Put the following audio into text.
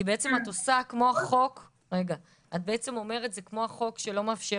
את בעצם אומרת זה כמו החוק שלא מאפשר